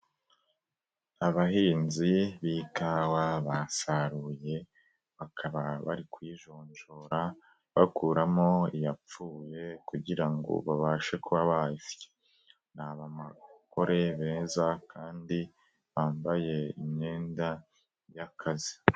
Abahinzi b'ikawa basaruye, bakaba bari kuyijonjora bakuramo iyapfuye kugira ngo babashe kuba bayisya. Ni abagore beza kandi bambaye imyenda y'akazi.